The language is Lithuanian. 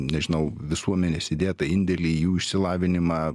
nežinau visuomenės įdėtą indėlį į jų išsilavinimą